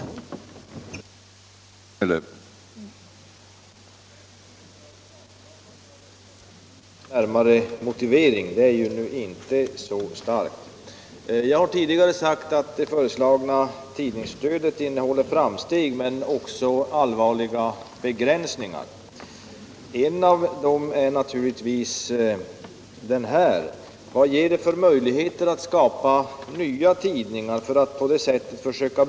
herr Svensson.